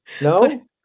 no